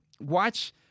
Watch